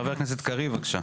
חבר הכנסת קריב, בבקשה.